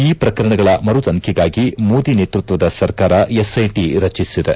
ಈ ಪ್ರಕರಣಗಳ ಮರು ತನಿಖೆಗಾಗಿ ಮೋದಿ ನೇತೃತ್ವದ ಸರ್ಕಾರ ಎಸ್ಐಟಿ ರಚಿಸಿದೆ